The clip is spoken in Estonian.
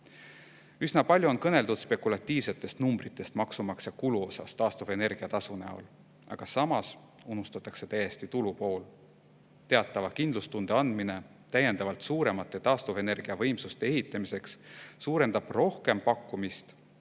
näol. Üsna palju on kõneldud spekulatiivsetest numbritest maksumaksja kulu osas taastuvenergia tasu näol, aga samas unustatakse täiesti tulupool. Teatava kindlustunde andmine täiendavalt suuremate taastuvenergiavõimsuste ehitamiseks suurendab rohkem pakkumist